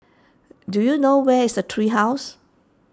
do you know where is Tree House